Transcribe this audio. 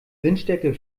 windstärke